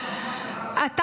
זה ממש לא נכון,